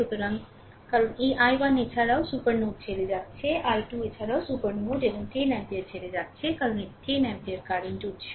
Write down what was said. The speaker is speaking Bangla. সুতরাং কারণ এই i1 এছাড়াও সুপার নোড ছেড়ে যাচ্ছে i2 এছাড়াও সুপার নোড এবং 10 অ্যাম্পিয়ার ছেড়ে যাচ্ছে কারণ এটি 10 অ্যাম্পিয়ার কারেন্ট উত্স